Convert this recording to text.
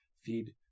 feed